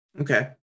Okay